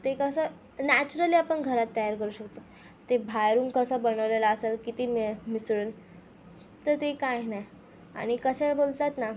ते कसं नॅचरली आपण घरात तयार करू शकतो ते बाहेरून कसं बनवलेलं असेल किती मी मिसळून तर ते काही नाही आणि कसं बोलतात ना